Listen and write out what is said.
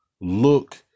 look